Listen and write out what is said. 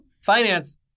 Finance